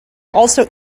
also